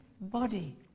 body